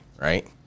right